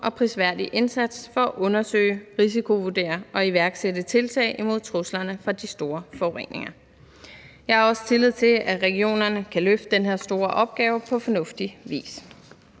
og prisværdig indsats for at undersøge, risikovurdere og iværksætte tiltag imod truslerne fra de store forureninger. Jeg har også tillid til, at regionerne kan løfte den her store opgave på fornuftig vis.